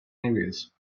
areas